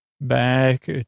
Back